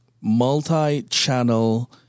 multi-channel